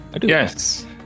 yes